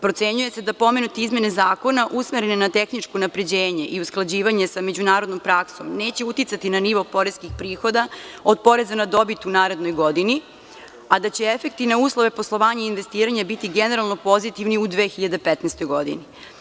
Procenjuje se da pomenute izmene zakona usmerene na tehničko unapređenje i usklađivanje sa međunarodnom praksom neće uticati na nivo poreskih prihoda od poreza na dobit u narednoj godini, a da će efekti na uslove poslovanja i investiranja biti generalno pozitivni u 2015. godini.